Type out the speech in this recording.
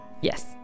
Yes